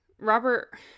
robert